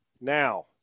now